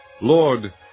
Lord